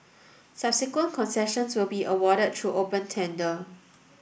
subsequent concessions will be awarded through open tender